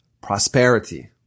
prosperity